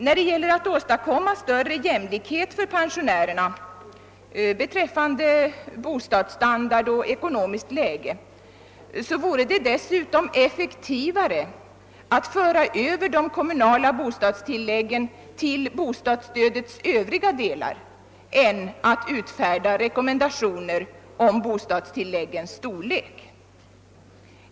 När det gäller att åstadkomma större jämlikhet för pensionärerna beträffande bostadsstandard och ekonomiskt läge vore det dessutom effektivare att föra över de kommunala bostadstilläggen till bostadsstödets övriga delar än att utfärda rekommendationer om bostadstilläggens storlek.